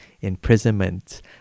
imprisonment